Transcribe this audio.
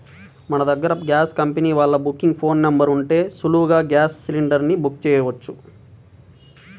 మన దగ్గర gas company వాళ్ళ బుకింగ్ ఫోన్ నెంబర్ ఉంటే సులువుగా గ్యాస్ సిలిండర్ ని బుక్ చెయ్యొచ్చు